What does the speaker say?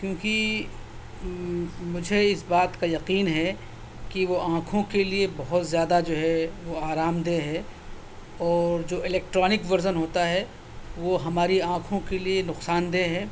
کیونکہ مجھے اس بات کا یقین ہے کہ وہ آنکھوں کے لیے بہت زیادہ جو ہے وہ آرام دہ ہے اور جو الکٹرانک ورزن ہوتا ہے وہ ہماری آنکھوں کے لیے نقصان دہ ہے